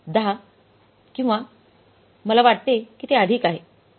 १० किंवा मला वाटते की ते अधिक आहे